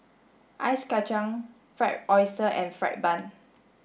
Ice Kachang fried oyster and fried bun